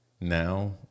now